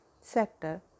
sector